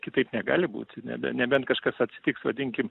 kitaip negali būti nebe nebent kažkas atsitiks vadinkim